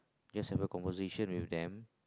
just have a conversation with them